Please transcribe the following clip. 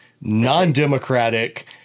non-democratic